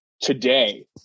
today